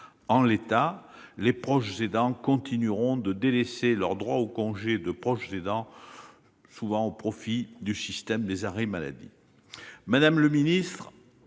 En l'état, les proches aidants continueront de délaisser leur droit au congé de proche aidant, souvent au profit du système des arrêts maladie. Madame la secrétaire